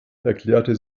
erklärte